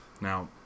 Now